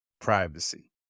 Privacy